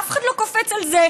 אף אחד לא קופץ על זה.